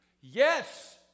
Yes